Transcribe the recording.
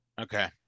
Okay